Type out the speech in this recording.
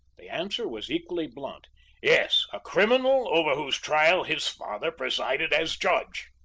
the answer was equally blunt yes a criminal over whose trial his father presided as judge.